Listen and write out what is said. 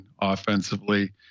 offensively